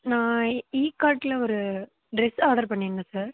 நான் இகார்ட்டில் ஒரு ட்ரெஸ் ஆர்டர் பண்ணிருந்தேன் சார்